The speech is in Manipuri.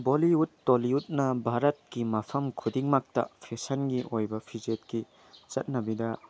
ꯕꯣꯂꯤꯋꯨꯠ ꯇꯣꯂꯤꯋꯨꯠꯅ ꯚꯥꯔꯠꯀꯤ ꯃꯐꯝ ꯈꯨꯗꯤꯡꯃꯛꯇ ꯐꯦꯁꯟꯒꯤ ꯑꯣꯏꯕ ꯐꯤꯖꯦꯠꯀꯤ ꯆꯠꯅꯕꯤꯗ